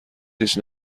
هیچ